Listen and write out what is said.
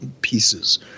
pieces